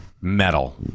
metal